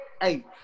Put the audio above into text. hey